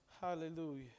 hallelujah